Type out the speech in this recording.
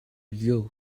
you